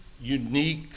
unique